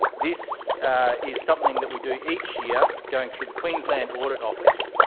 this is something that we do each year, going through the queensland audit office,